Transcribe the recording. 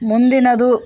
ಮುಂದಿನದು